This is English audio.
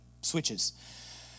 switches